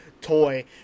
toy